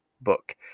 book